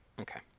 Okay